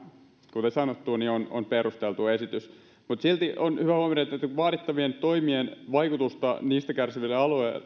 kuten sanottu on perusteltu esitys mutta silti on hyvä huomioida että vaadittavien toimien vaikutusta niistä kärsiville